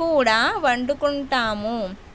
కూడా వండుకుంటాము